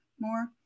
more